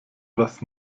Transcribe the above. was